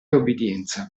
obbedienza